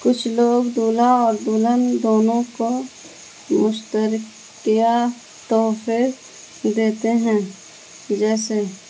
کچھ لوگ دولہا اور دلہن دونوں کو مشترکہ تحفے دیتے ہیں جیسے